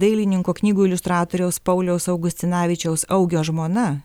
dailininko knygų iliustratoriaus pauliaus augustinavičiaus augio žmona